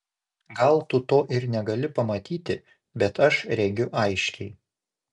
gal tu to ir negali pamatyti bet aš regiu aiškiai